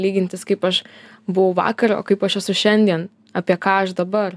lygintis kaip aš buvau vakar o kaip aš esu šiandien apie ką aš dabar